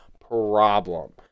problem